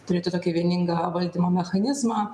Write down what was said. turėti tokį vieningą valdymo mechanizmą